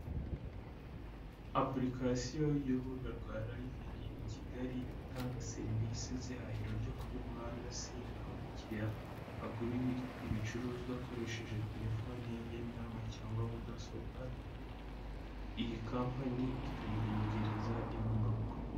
Apulikasiyo y'urubuga rwa Living In Kigali, itanga serivisi z'ihahiro ryo kuri murandasi, aho umukiriya agura ibicuruzwa akoresheje telefoni ye ngendanwa cyangwa mudasobwa, iyi kampani ikabimugereza iwe mu rugo.